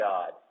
God